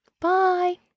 Bye